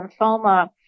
lymphoma